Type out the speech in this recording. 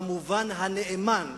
במובן הנאמן,